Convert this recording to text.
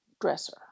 dresser